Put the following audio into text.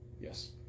Yes